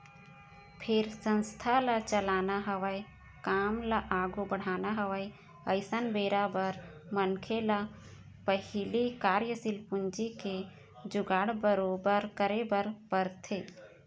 फेर संस्था ल चलाना हवय काम ल आघू बढ़ाना हवय अइसन बेरा बर मनखे ल पहिली कार्यसील पूंजी के जुगाड़ बरोबर करे बर परथे